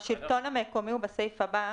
השלטון המקומי זה בסעיף הבא.